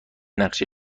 نقشه